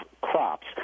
crops